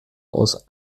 aus